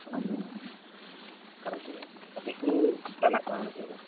ᱚᱱᱟ ᱠᱚ ᱠᱟᱨᱚᱱ ᱛᱮᱜᱮ ᱯᱟᱥᱮᱡ ᱠᱚ ᱴᱟᱜᱟᱜ ᱠᱟᱱᱟ ᱱᱚᱛᱮ ᱫᱚ